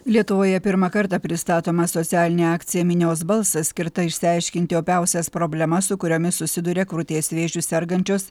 lietuvoje pirmą kartą pristatoma socialinė akcija minios balsas skirta išsiaiškinti opiausias problemas su kuriomis susiduria krūties vėžiu sergančios